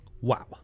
Wow